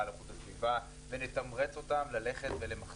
על איכות הסביבה ולתמרץ אותם ללכת ולמחזר,